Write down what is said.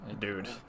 dude